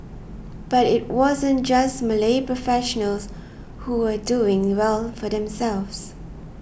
but it wasn't just Malay professionals who were doing well for themselves